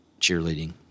cheerleading